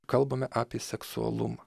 kalbame apie seksualumą